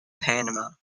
panama